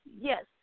Yes